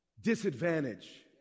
disadvantage